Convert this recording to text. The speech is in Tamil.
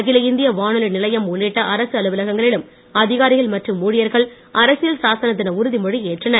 அகில இந்திய வானொலி நிலையம் உள்ளிட்ட அரசு அலுவலகங்களிலும் அதிகாரிகள் மற்றும் ஊழியர்கள் அரசியல் சாசன தின உறுதிமொழி ஏற்றனர்